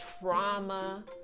trauma